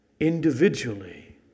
Individually